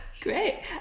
great